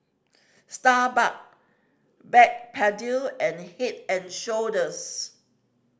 Starbuck Backpedic and Head and Shoulders